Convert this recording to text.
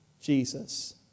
Jesus